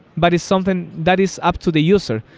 but it's something that is up to the user.